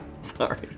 Sorry